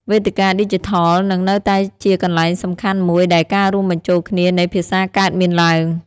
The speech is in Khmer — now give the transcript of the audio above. វេទិកាឌីជីថលនឹងនៅតែជាកន្លែងសំខាន់មួយដែលការរួមបញ្ចូលគ្នានៃភាសាកើតមានឡើង។